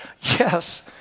Yes